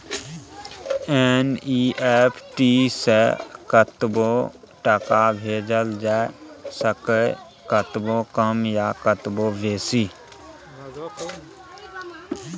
NEFT सँ कतबो टका भेजल जाए सकैए कतबो कम या कतबो बेसी